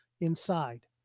inside